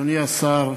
אדוני השר,